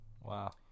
wow